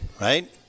right